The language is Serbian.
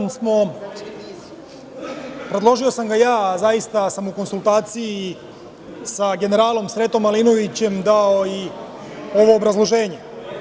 Ovaj zakon predložio sam ga ja, a zaista sam u konsultaciji sa generalom Sretom Malinovićem dao sam i ovo obrazloženje.